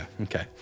okay